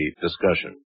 discussion